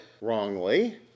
wrongly